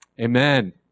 amen